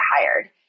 hired